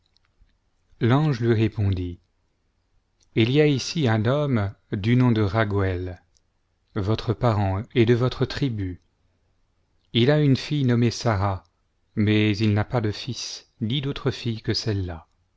l'ange lui répondit il y a ici un homme du nom de raguël votre parent et de votre tribu il a une fille nommée sara mais il n'a pas de fils ni d'autre fille que celle-là